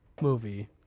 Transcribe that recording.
movie